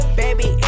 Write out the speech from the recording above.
baby